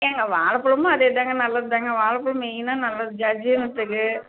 ஏங்க வாழப்பலமும் அதேதாங்க நல்லது தாங்க வாழப்பலம் மெயினாக நல்லது ஜ ஜீரணத்துக்கு